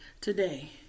today